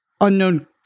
unknown